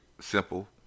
simple